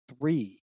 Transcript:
three